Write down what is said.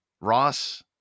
Ross